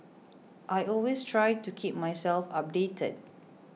I always try to keep myself updated